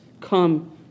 come